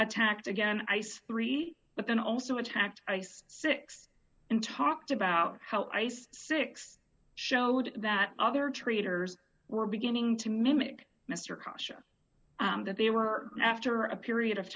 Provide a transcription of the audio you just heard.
attacked again i say three but then also attacked ice six and talked about how ice six showed that other traders were beginning to mimic mr kasha that they were after a period of